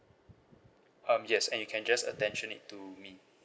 um yes and you can just attention it to me